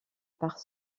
part